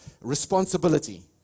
responsibility